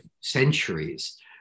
centuries